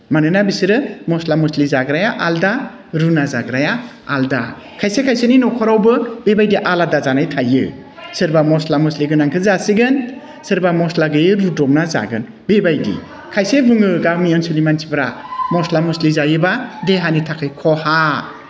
मानोना बिसोरो मस्ला मस्लि जाग्राया आलादा रुना जाग्राया आलादा खायसे खायसेनि न'खरावबो बेबायदि आलादा जानाय थायो सोरबा मस्ला मस्लि गोनांखौ जासिगोन सोरबा मस्ला गैयि रुदबना जागोन बेबायदि खायसे बुङो गामि ओनसोलनि मानसिफोरा मस्ला मस्लि जायोबा देहानि थाखाय खहा